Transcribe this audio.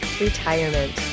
Retirement